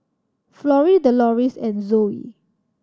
Florie Deloris and Zoey